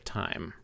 time